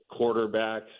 quarterbacks